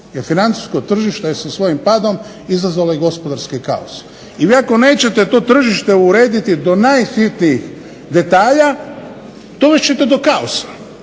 financijsko tržište je sa svojim padom izazvalo gospodarski kaos. I vi ako nećete to tržište urediti do najsitnijih detalja, dovest ćete do kaosa.